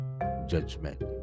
judgment